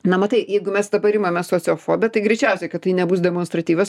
na matai jeigu mes dabar imame sociofobiją tai greičiausiai kad tai nebus demonstratyvios